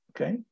okay